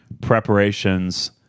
preparations